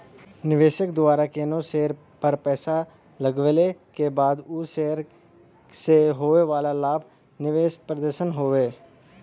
निवेशक द्वारा कउनो शेयर पर पैसा लगवले क बाद उ शेयर से होये वाला लाभ निवेश प्रदर्शन हउवे